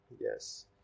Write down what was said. Yes